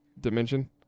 dimension